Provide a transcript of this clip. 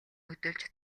хөдөлж